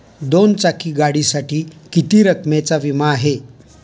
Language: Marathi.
दोन चाकी गाडीसाठी किती रकमेचा विमा आहे?